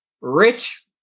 rich